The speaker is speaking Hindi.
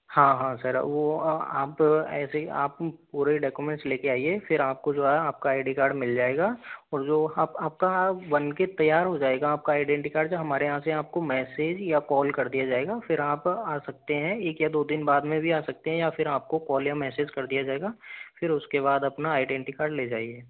हाँ हाँ सर वो अब ऐसे ही अब आप पूरे डॉक्यूमेंट्स लेके आइए फिर आपको जो है आपका आई डी कार्ड मिल जायेगा और जो आप आपका बन के तैयार हो जाएगा आपका आइडेंटी कार्ड जो हमारे यहाँ से आपको मैसेज या कॉल कर दिया जाएगा फिर आप आ सकते हैं एक या दो दिन बाद में भी आ सकते हैं या फिर आपको कॉल या मैसेज कर दिया जायेगा फिर उसके बाद अपना आइडेंटी कार्ड ले जाइए